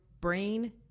brain